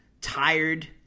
tired